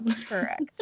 Correct